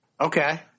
Okay